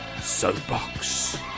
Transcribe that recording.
Soapbox